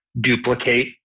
duplicate